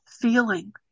feeling